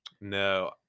no